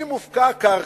אם הופקעה קרקע,